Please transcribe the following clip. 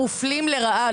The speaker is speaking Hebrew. מופלים לרעה,